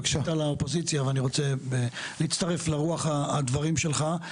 דיברת על האופוזיציה ואני רוצה להצטרף לרוח הדברים שלך,